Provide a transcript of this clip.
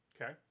Okay